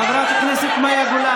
חבר הכנסת נפתלי